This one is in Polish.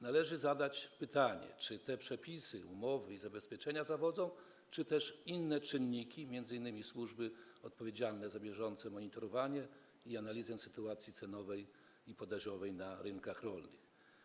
Należy zadać pytanie, czy to te przepisy, umowy i zabezpieczenia zawodzą czy też chodzi tu o inne czynniki, m.in. służby odpowiedzialne za bieżące monitorowanie i analizę sytuacji cenowej i podażowej na rynkach rolnych.